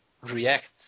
react